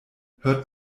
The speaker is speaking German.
hört